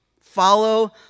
Follow